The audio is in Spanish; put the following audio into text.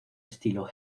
estilo